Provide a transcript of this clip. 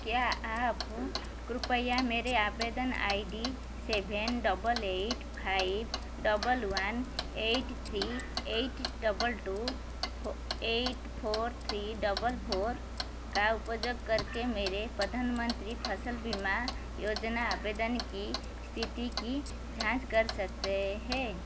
क्या आप कृपया मेरे आवेदन I D seven double eight five double one eight three eight double two four eight four three double four का उपयोग करके मेरे प्रधानमंत्री फसल बीमा योजना आवेदन की स्थिति की जाँच कर सकते हैं